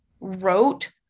wrote